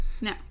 No